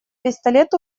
пистолет